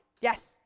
yes